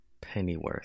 Pennyworth